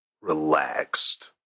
relaxed